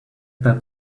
that